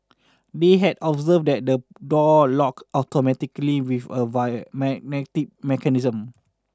they had observed that the door locked automatically with a via magnetic mechanism